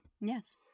Yes